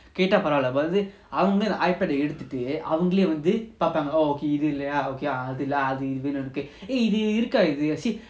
கேட்டாபரவால்லஅவங்க:keta paravala avanga iPad எடுத்துட்டுஅவங்களேவந்துபார்ப்பாங்க:eduthutu avangale vandhu parpanga okay இதுஇல்லையா:idhu illaya okay err அதுஇருக்கு:adhu iruku eh they இதுஇருக்காஇது:idhu iruka idhu they will see